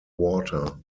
water